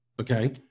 okay